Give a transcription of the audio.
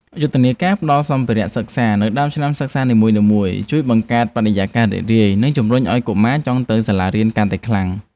យុទ្ធនាការផ្តល់សម្ភារៈសិក្សានៅដើមឆ្នាំសិក្សានីមួយៗ ជួយបង្កើតបរិយាកាសរីករាយនិងជំរុញឱ្យកុមារចង់ទៅសាលារៀនកាន់តែខ្លាំង។